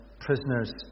prisoners